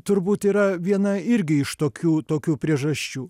turbūt yra viena irgi iš tokių tokių priežasčių